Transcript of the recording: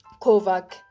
Kovac